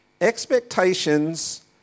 Expectations